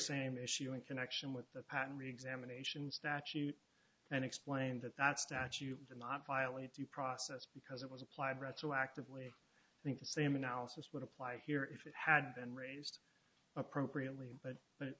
same issue in connection with the patent examination statute and explained that that statute cannot violate due process because it was applied retroactively i think the same analysis would apply here if it had been raised appropriately but